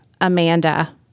Amanda